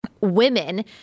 women